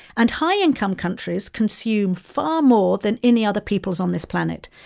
and high-income countries consume far more than any other peoples on this planet.